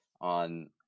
on